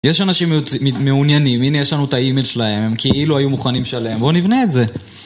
יש אנשים מעוניינים, הנה יש לנו את האימייל שלהם, הם כאילו היו מוכנים לשלם, בואו נבנה את זה